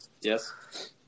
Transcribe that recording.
Yes